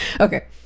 okay